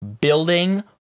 building